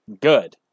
good